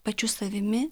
pačiu savimi